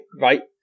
right